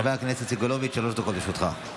חבר הכנסת סגלוביץ', שלוש דקות לרשותך.